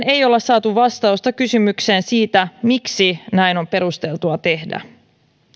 ei olla saatu vastausta kysymykseen siitä miksi näin on perusteltua tehdä